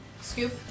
Scoop